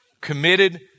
committed